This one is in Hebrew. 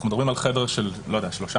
אנחנו מדברים על חדר של 3 מ"ר.